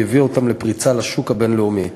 והיא הביאה אותן לפריצה לשוק הבין-לאומי.